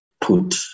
put